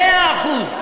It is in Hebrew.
מאה אחוז.